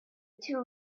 two